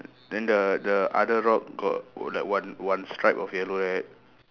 then the the other rock got like one one stripe of yellow right